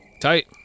Tight